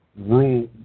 rule